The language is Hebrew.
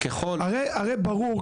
הרי ברור,